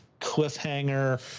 cliffhanger